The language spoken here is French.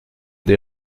des